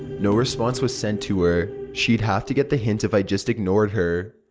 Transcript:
no response was sent to her. she'd have to get the hint if i just ignored her.